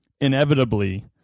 inevitably